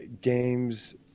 games